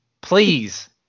please